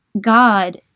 God